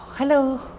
Hello